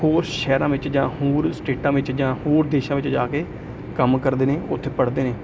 ਹੋਰ ਸ਼ਹਿਰਾਂ ਵਿੱਚ ਜਾਂ ਹੋਰ ਸਟੇਟਾਂ ਵਿੱਚ ਜਾਂ ਹੋਰ ਦੇਸ਼ਾਂ ਵਿੱਚ ਜਾ ਕੇ ਕੰਮ ਕਰਦੇ ਨੇ ਉੱਥੇ ਪੜ੍ਹਦੇ ਨੇ